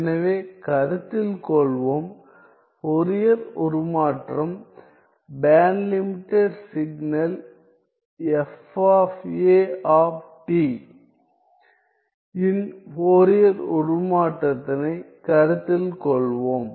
எனவே கருத்தில் கொள்வோம் ஃபோரியர் உருமாற்றம் band limited signal fa of t இன் ஃபோரியர் உருமாற்றத்தினைக் கருத்தில் கொள்வோம்